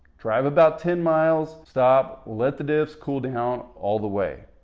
drive about ten miles. stop. let the diffs cool down all the way.